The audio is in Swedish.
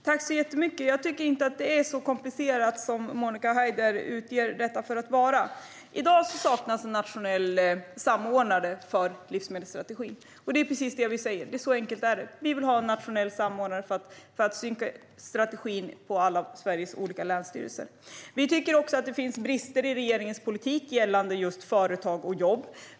Herr talman! Jag tycker inte att det är så komplicerat som Monica Haider säger att det är. I dag saknas en nationell samordnare för livsmedelsstrategin. Det är precis det som vi säger; så enkelt är det. Vi vill ha en nationell samordnare för att synkronisera strategin på Sveriges alla länsstyrelser. Vi tycker också att det finns brister i regeringens politik gällande just företag och jobb.